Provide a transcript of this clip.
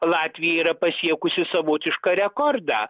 latvija yra pasiekusi savotišką rekordą